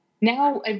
now